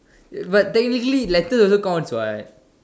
but technically letter also counts what